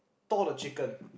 thaw the chicken